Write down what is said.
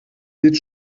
sieht